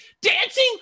dancing